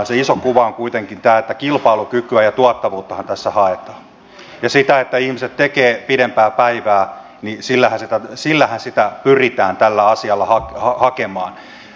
se iso kuva on kuitenkin tämä että kilpailukykyä ja tuottavuuttahan tässä haetaan ja kun ihmiset tekevät pidempää päivää niin sillähän tätä asiaa pyritään hakemaan